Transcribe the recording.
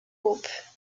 groupe